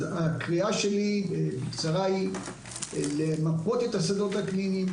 הקריאה שלי היא למפות את השדות הקליניים,